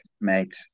mate